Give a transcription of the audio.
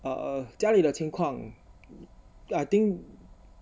err 家里的情况 I think